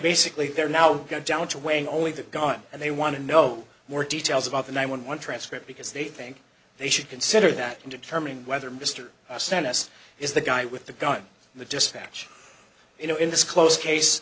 basically they're now go down to weighing only that gun and they want to know more details about the nine one one transcript because they think they should consider that in determining whether mr sent us is the guy with the gun the dispatch you know in this close case